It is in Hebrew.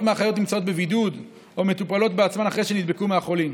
מהאחיות נמצאות בבידוד או מטופלות בעצמן אחרי שנדבקו מהחולים.